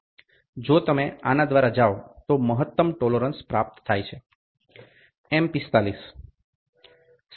જો તમે આના દ્વારા જાઓ તો મહત્તમ ટોલોરન્સ પ્રાપ્ત થાય છે